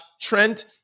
Trent